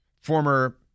former